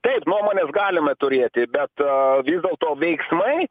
taip nuomones galima turėti bet dėl to veiksmai